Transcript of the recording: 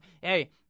hey